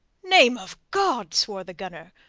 name of god! swore the gunner,